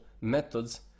methods